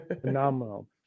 Phenomenal